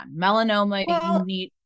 Melanoma